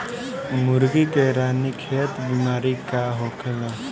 मुर्गी में रानीखेत बिमारी का होखेला?